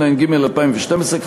התשע"ג 2012,